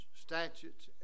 statutes